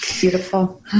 Beautiful